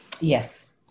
Yes